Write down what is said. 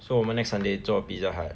so 我们 next sunday 做 Pizza Hut